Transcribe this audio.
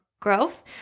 growth